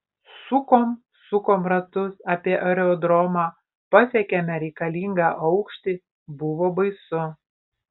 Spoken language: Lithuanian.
sukom sukom ratus apie aerodromą pasiekėme reikalingą aukštį buvo baisu